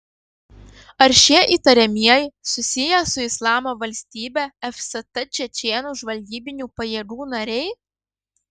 ar šie įtariamieji susiję su islamo valstybe fst čečėnų žvalgybinių pajėgų nariai